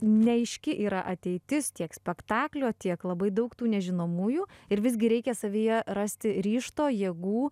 neaiški yra ateitis tiek spektaklio tiek labai daug tų nežinomųjų ir visgi reikia savyje rasti ryžto jėgų